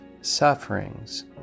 sufferings